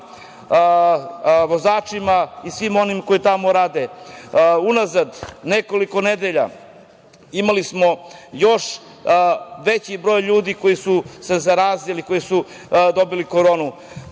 vozačima i svim onim koji tamo rade. Unazad nekoliko nedelja imali smo još veći broj ljudi koji su se zarazili, koji su dobili koronu.